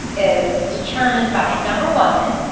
is determined by, number one,